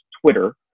Twitter